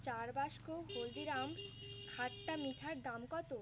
চার বাক্স হলদিরামস খাট্টা মিঠার দাম কতো